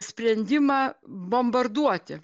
sprendimą bombarduoti